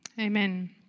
amen